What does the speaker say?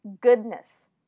goodness